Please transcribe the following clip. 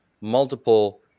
multiple